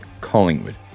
Collingwood